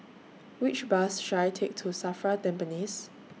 Which Bus should I Take to SAFRA Tampines